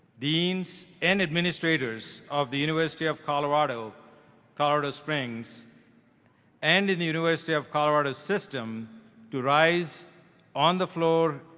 deans, and administrators of the university of colorado colorado springs and in the university of colorado system to rise on the floor,